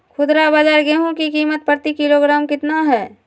खुदरा बाजार गेंहू की कीमत प्रति किलोग्राम कितना है?